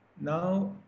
Now